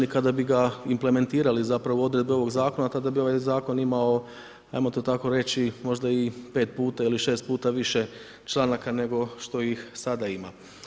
I kada bi ga implementirali zapravo odredbe ovog zakona tada bi ovaj zakon imao hajmo to tako reći možda i pet puta ili šest puta više članaka nego što ih sada ima.